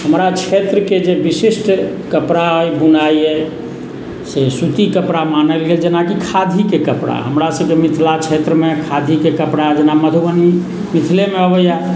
हमरा क्षेत्रके जे विशिष्ट कपड़ा अइ बुनाइ अइ से सूती कपड़ा मानल गेल जेना कि खादीके कपड़ा हमरासभके मिथिला क्षेत्रमे खादीके कपड़ा जेना मधुबनी मिथलेमे अबैए